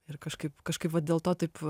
ir kažkaip kažkaip vat dėl to taip a